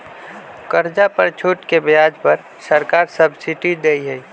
कर्जा पर छूट के ब्याज पर सरकार सब्सिडी देँइ छइ